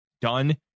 done